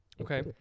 Okay